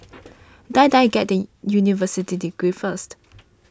Die Die get that university degree first